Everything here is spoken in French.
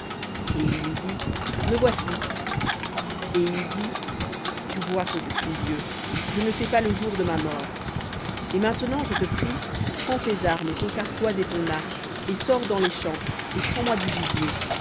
et il lui dit me voici et il dit tu vois que je suis vieux je ne sais pas le jour de ma mort et maintenant je te prie prends tes armes ton carquois et ton arc et sors dans les champs et prends-moi du gibier